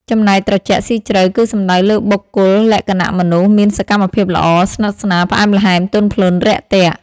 ចំណែកត្រជាក់ស៊ីជ្រៅគឺសំដៅលើបុគ្គលលក្ខណៈមនុស្សមានសកម្មភាពល្អ ស្និទ្ធិស្នាលផ្អែមល្អែមទន់ភ្លន់រាក់ទាក់។